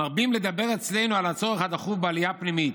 מרבים לדבר אצלנו על הצורך הדחוף בעלייה פנימית.